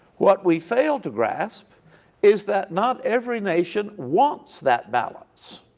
what we fail to grasp is that not every nation wants that balance